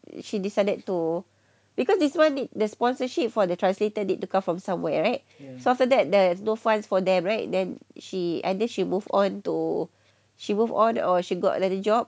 she decided to because this one did the sponsorship for the translator need to come from somewhere right so after that there's no funds for them right then she and then she move on to she move on to or she got another job